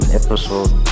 episode